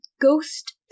ghost